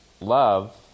love